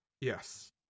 Yes